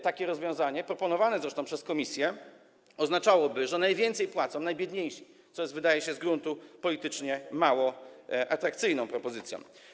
Takie rozwiązanie, proponowane zresztą przez komisję, oznaczałoby, że najwięcej płacą najbiedniejsi, co wydaje się z gruntu politycznie mało atrakcyjną propozycją.